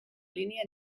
línia